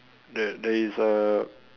there there is a